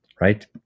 right